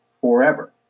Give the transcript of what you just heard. forever